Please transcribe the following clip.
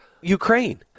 Ukraine